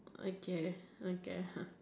okay okay ha